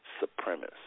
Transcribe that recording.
supremacist